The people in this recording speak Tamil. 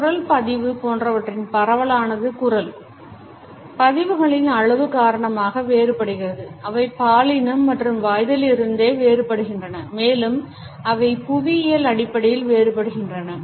குரல் பதிவு போன்றவற்றின் பரவலானது குரல் பதிவுகளின் அளவு காரணமாக வேறுபடுகிறது அவை பாலினம் மற்றும் வயதிலிருந்தே வேறுபடுகின்றன மேலும் அவை புவியியல் அடிப்படையில் வேறுபடுகின்றன